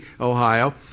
Ohio